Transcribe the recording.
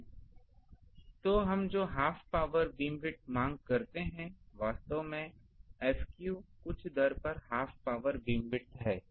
तो तो हम जो हाफ पावर बीमविथ मांग करते हैं वास्तव में F कुछ दर पर हाफ पावर बीमविथ है